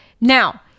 Now